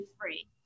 free